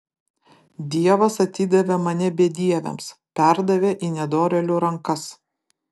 dievas atidavė mane bedieviams perdavė į nedorėlių rankas